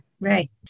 Right